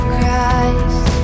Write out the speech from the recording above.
Christ